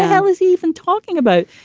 i was even talking about.